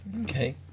okay